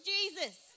Jesus